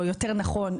או יותר נכון,